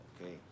Okay